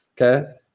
Okay